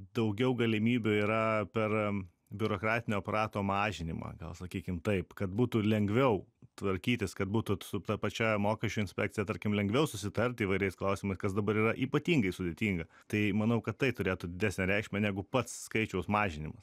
daugiau galimybių yra per biurokratinio aparato mažinimą gal sakykim taip kad būtų lengviau tvarkytis kad būtų su ta pačia mokesčių inspekcija tarkim lengviau susitarti įvairiais klausimais kas dabar yra ypatingai sudėtinga tai manau kad tai turėtų didesnę reikšmę negu pats skaičiaus mažinimas